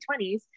20s